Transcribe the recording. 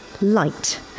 light